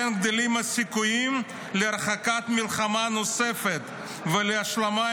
כן גדלים הסיכויים להרחקת מלחמה נוספת ולהשלמה